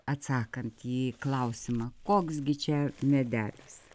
atsakant į klausimą koks gi čia medelis